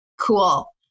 cool